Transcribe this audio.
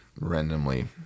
randomly